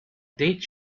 dates